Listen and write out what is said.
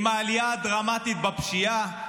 עם העלייה הדרמטית בפשיעה,